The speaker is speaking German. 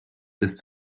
ist